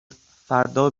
فردا